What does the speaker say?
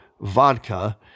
vodka